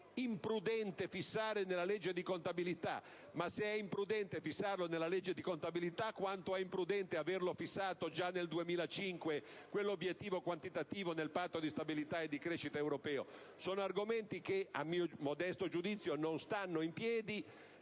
imprudente fissare nella legge di contabilità. Se è imprudente fissarlo nella legge di contabilità, quanto è imprudente averlo già fissato nel 2005, quell'obiettivo quantitativo, nel Patto di stabilità e crescita europeo? Sono argomenti che a mio modesto giudizio non stanno in piedi.